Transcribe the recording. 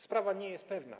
Sprawa nie jest pewna.